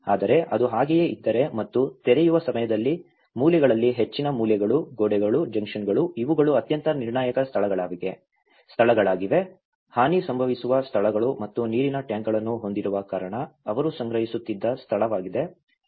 ಆದರೆ ಅದು ಹಾಗೆಯೇ ಇದ್ದರೆ ಮತ್ತು ತೆರೆಯುವ ಸಮಯದಲ್ಲಿ ಮೂಲೆಗಳಲ್ಲಿ ಹೆಚ್ಚಿನ ಮೂಲೆಗಳು ಗೋಡೆಗಳು ಜಂಕ್ಷನ್ಗಳು ಇವುಗಳು ಅತ್ಯಂತ ನಿರ್ಣಾಯಕ ಸ್ಥಳಗಳಾಗಿವೆ ಹಾನಿ ಸಂಭವಿಸುವ ಸ್ಥಳಗಳು ಮತ್ತು ನೀರಿನ ಟ್ಯಾಂಕ್ಗಳನ್ನು ಹೊಂದಿರುವ ಕಾರಣ ಅವರು ಸಂಗ್ರಹಿಸುತ್ತಿದ್ದ ಸ್ಥಳವಾಗಿದೆ